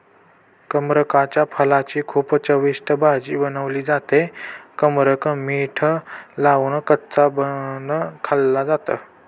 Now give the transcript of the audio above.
कमरकाच्या फळाची खूप चविष्ट भाजी बनवली जाते, कमरक मीठ लावून कच्च पण खाल्ल जात